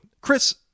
Chris